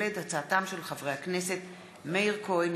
בהצעתם של חברי הכנסת מאיר כהן,